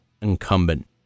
incumbent